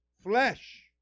flesh